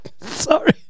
sorry